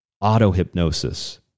auto-hypnosis